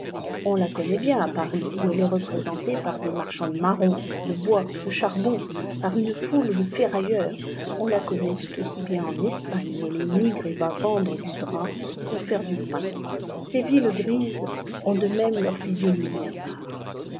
on la connaît bien à paris où elle est représentée par des marchands de marrons de bois de charbon par une foule de ferrailleurs on la connaît tout aussi bien en espagne où elle émigré et va vendre du drap ou faire du pain ses villes grises ont de même leur physionomie à part